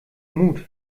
mut